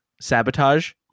sabotage